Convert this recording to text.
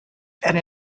and